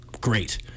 great